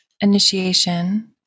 initiation